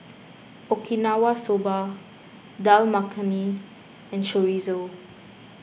Okinawa Soba Dal Makhani and Chorizo